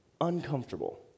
uncomfortable